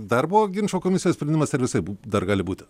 darbo ginčų komisijos sprendimas ar visaip dar gali būt